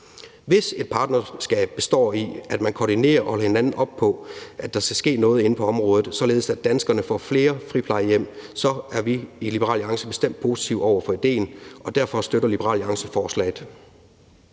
Hvis et partnerskab består i, at man koordinerer og holder hinanden op på, at der skal ske noget inde på området, således at danskerne får flere friplejehjem, så er vi i Liberal Alliance bestemt positive over for idéen, og derfor støtter Liberal Alliance forslaget.